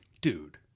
Dude